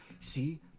see